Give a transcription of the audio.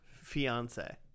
fiance